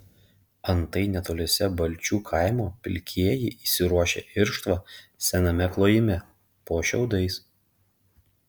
antai netoliese balčių kaimo pilkieji įsiruošę irštvą sename klojime po šiaudais